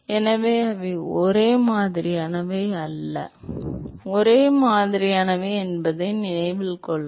எனவே அவை ஒரே மாதிரியானவை அல்ல ஒரே மாதிரியானவை என்பதை நினைவில் கொள்க